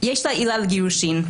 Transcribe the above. יש לה עילה לגירושין,